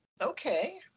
Okay